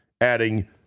adding